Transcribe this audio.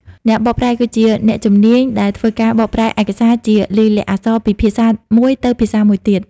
អ្នកបកប្រែ គឺជាអ្នកជំនាញដែលធ្វើការបកប្រែឯកសារជាលាយលក្ខណ៍អក្សរពីភាសាមួយទៅភាសាមួយទៀត។